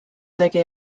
tegi